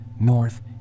north